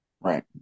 Right